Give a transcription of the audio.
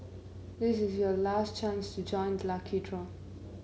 this is your last chance to join the lucky draw